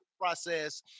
Process